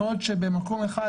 יכול להיות שבמקום אחד,